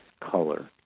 color